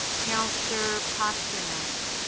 councillor pasternak.